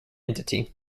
entity